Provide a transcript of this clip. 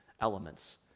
elements